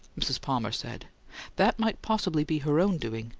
mrs. palmer said that might possibly be her own doing.